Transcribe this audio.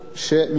שמבוזבז.